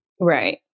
right